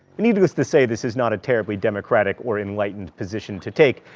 needless to say, this is not a terribly democratic or enlightened position to take.